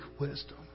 wisdom